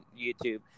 YouTube